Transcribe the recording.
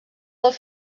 del